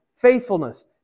faithfulness